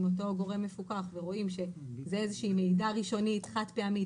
אותו גורם מפוקח ורואים שזאת איזושהי מעידה ראשונית חד פעמית,